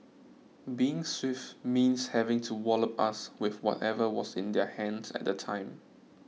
being swift means having to wallop us with whatever was in their hands at the time